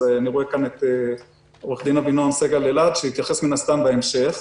אני רואה כאן את עו"ד אבינעם סגל-אלעד שיתייחס מן הסתם בהמשך.